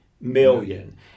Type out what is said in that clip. million